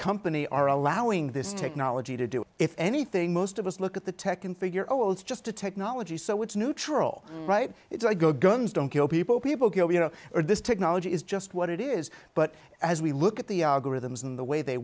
company are allowing this technology to do if anything most of us look at the tech and figure oh it's just a technology so it's neutral right it's like go guns don't kill people people go you know this technology is just what it is but as we look at the algorithms in the way they